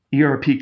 ERP